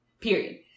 period